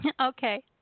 okay